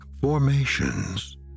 formations